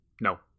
no